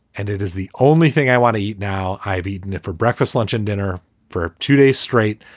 and it is the only thing i want to eat now. i've eaten it for breakfast, lunch and dinner for two days straight.